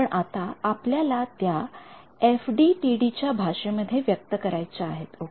पण आता आपल्याला त्या एफडीटीडी च्या भाषेमध्ये व्यक्त करायच्या आहेत ओके